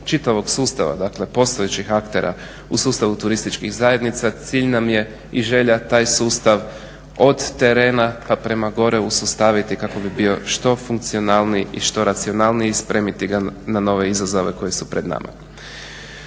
čitavog sustava, dakle postojećih aktera u sustavu turističkih zajednica cilj nam je i želja taj sustav od terena pa prema gore usustaviti kako bi bio što funkcionalniji i što racionalniji spremiti ga na nove izazove koji su pred nama.